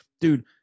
Dude